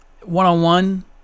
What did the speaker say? one-on-one